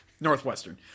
Northwestern